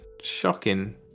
shocking